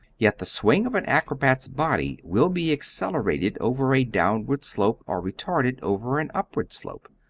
yet the swing of an acrobat's body will be accelerated over a downward slope or retarded over an upward slope.